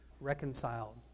reconciled